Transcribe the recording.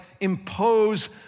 impose